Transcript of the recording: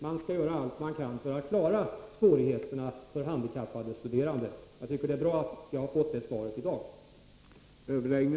Man skall göra allt för att klara svårigheterna för handikappade studerande. Jag tycker att det är bra att jag har fått det svaret i dag.